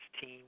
team